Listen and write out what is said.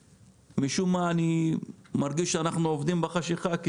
ומשום מה אני מרגיש שאנחנו עובדים בחשכה.